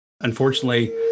Unfortunately